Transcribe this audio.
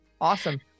Awesome